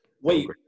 Wait